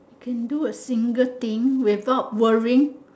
you can do a single thing without worrying